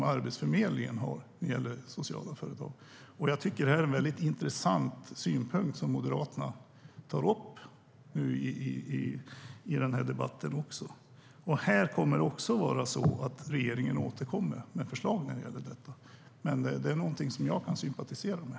Jag tycker att det är en intressant synpunkt som Moderaterna tar upp i den här debatten. Även här kommer regeringen att återkomma med förslag, och det här är någonting som jag kan sympatisera med.